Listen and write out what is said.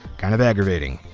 kind of aggravating.